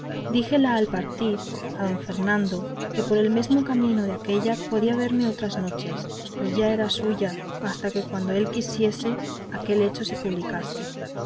díjele al partir a don fernando que por el mesmo camino de aquélla podía verme otras noches pues ya era suya hasta que cuando él quisiese aquel hecho se publicase